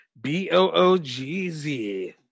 B-O-O-G-Z